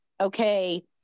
okay